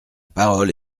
parole